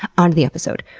onto the episode.